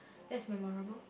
that's memorable